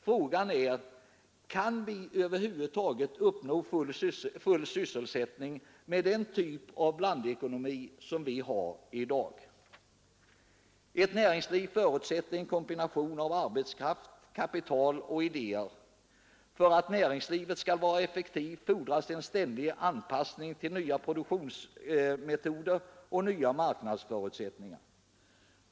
Frågan är: Kan vi över huvud taget nå full sysselsättning med den typ av blandekonomi som vi har i dag? Ett näringsliv förutsätter en kombination av arbetskraft, kapital och idéer. För att näringslivet skall vara effektivt fordras en ständig anpassning till nya produktionsmetoder och nya marknadsförutsättningar.